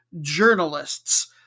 journalists